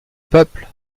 peuple